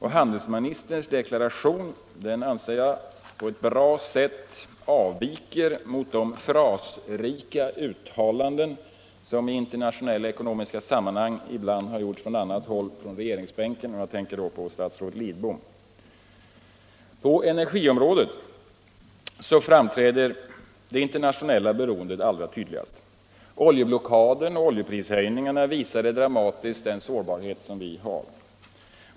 Handelsministerns deklaration avviker, anser jag, på ett bra sätt från de frasrika uttalanden som i internationella ekonomiska sammanhang ibland har gjorts från annat håll i regeringsbänken. Jag tänker då på statsrådet Lidbom. På energiområdet framträder nu det internationella beroendet som allra tydligast. Oljeblockaden och oljeprishöjningarna visade dramatiskt vår sårbarhet.